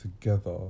together